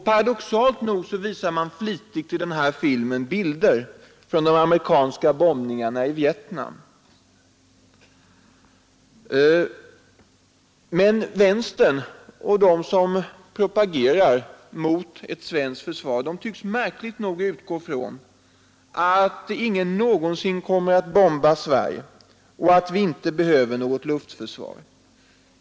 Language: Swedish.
Paradoxalt nog visar man i den här filmen flitigt bilder från de amerikanska bombningarna i Vietnam. Men vänstern och de som propagerar mot ett svenskt försvar tycks märkligt nog utgå ifrån att ingen någonsin kommer att bomba Sverige och att vi inte behöver något luftförsvar.